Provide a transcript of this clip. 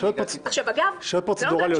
אלו שאלות פרוצדורליות עכשיו.